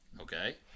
okay